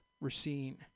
Racine